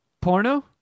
Porno